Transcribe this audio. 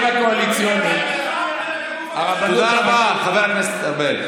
תודה רבה, חבר הכנסת ארבל.